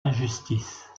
injustice